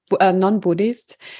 non-Buddhist